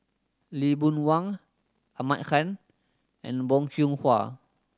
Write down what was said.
Lee Boon Wang Ahmad Han and Bong Hiong Hwa